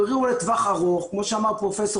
הוא אירוע לטווח ארוך כמו שאמר פרופ'